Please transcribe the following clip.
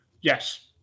Yes